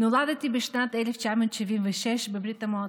נולדתי בשנת 1976 בברית המועצות,